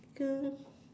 the